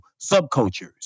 subcultures